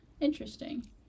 Interesting